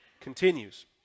continues